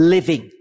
Living